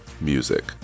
music